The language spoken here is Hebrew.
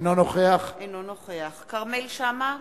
אינו נוכח כרמל שאמה,